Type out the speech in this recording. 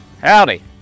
Howdy